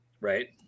right